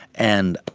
and,